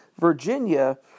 Virginia